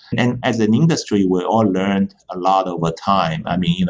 and as an industry, we all learned a lot overtime. i mean,